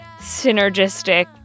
synergistic